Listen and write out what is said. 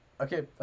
Okay